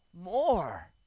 more